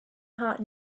heart